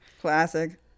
Classic